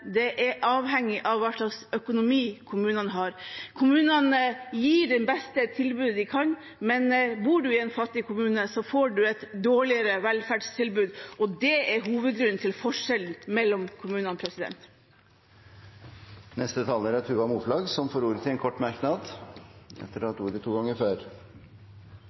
det er avhengig av hva slags økonomi kommunene har. Kommunene gir det beste tilbudet de kan, men bor man i en fattig kommune, får man et dårligere velferdstilbud. Det er hovedgrunnen til forskjellen mellom kommunene. Representanten Tuva Moflag har hatt ordet to ganger tidligere og får ordet til en kort merknad, begrenset til 1 minutt. Representanten Hoksrud er glad i å